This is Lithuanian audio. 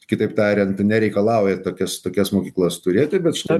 kitaip tariant nereikalauja tokias tokias mokyklas turėti bet štai